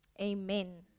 amen